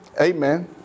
Amen